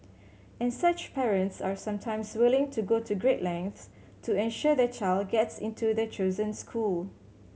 and such parents are sometimes willing to go to great lengths to ensure their child gets into their chosen school